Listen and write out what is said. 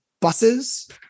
buses